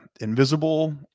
invisible